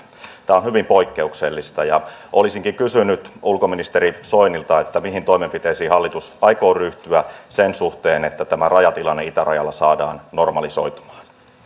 tämä on hyvin poikkeuksellista olisinkin kysynyt ulkoministeri soinilta mihin toimenpiteisiin hallitus aikoo ryhtyä sen suhteen että tämä rajatilanne itärajalla saadaan normalisoitumaan